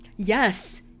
Yes